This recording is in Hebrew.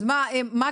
אז מה כן?